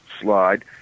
slide